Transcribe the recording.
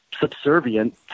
subservient